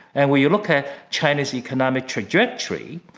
and when you look at china's economic trajectory,